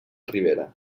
ribera